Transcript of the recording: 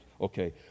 Okay